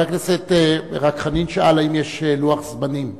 רק חבר הכנסת חנין שאל אם יש לוח זמנים.